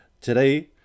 today